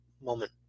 moment